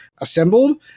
assembled